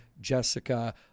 Jessica